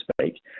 speak